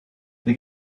that